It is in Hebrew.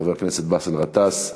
חבר הכנסת באסל גטאס,